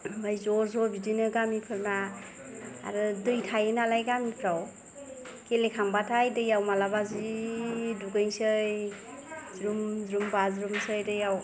ओमफाय ज' ज' बिदिनो गामिफोरना आरो दै थायो नालाय गामिफोराव गेलेखांबाथाय दैयाव मालाबा जि दुगैनोसै ज्रुम ज्रुम बाज्रुमनोसै दैयाव